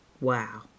Wow